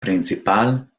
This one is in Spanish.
principal